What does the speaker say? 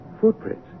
Footprints